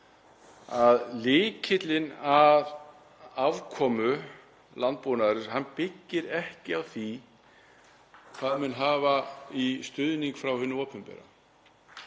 að lykillinn að afkomu landbúnaðarins byggir ekki á því hvað menn hafa í stuðning frá hinu opinbera.